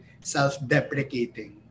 self-deprecating